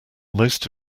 most